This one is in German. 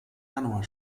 januar